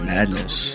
Madness